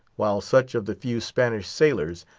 while such of the few spanish sailors,